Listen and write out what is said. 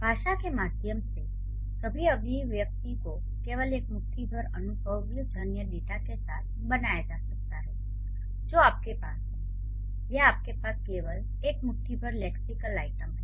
भाषा के माध्यम से सभी अभिव्यक्तियों को केवल एक मुट्ठी भर अनुभवजन्य डेटा के साथ बनाया जा सकता है जो आपके पास है या आपके पास केवल एक मुट्ठी भर लेक्सिकल आइटम हैं